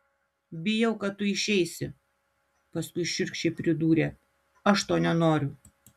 bijau kad tu išeisi paskui šiurkščiai pridūrė aš to nenoriu